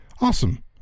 Awesome